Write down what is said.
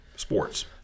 Sports